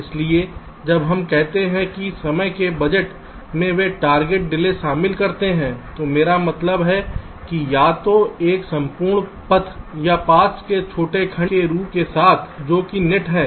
इसलिए जब हम कहते हैं कि समय के बजट में वे टारगेट डिले शामिल करते हैं तो मेरा मतलब है कि या तो एक संपूर्ण पथ या पाथ्स के छोटे खंड के साथ जो कि नेट हैं